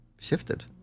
shifted